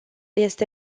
este